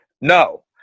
No